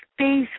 space